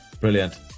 brilliant